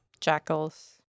Jackals